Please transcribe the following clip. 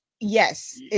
yes